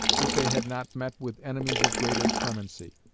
if they had not met with enemies of greater clemency.